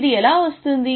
ఇది ఎలా వస్తుంది